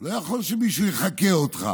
לא יכול להיות שמישהו יחקה אותך.